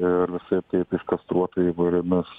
ir visaip taip iškastruota įvairiomis